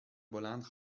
بلند